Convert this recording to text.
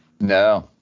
no